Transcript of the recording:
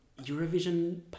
Eurovision